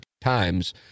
times